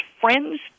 friends